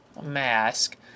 mask